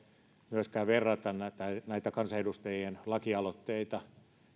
myöskään verrata näitä kansanedustajien lakialoitteita